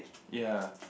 ya